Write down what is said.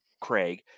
Craig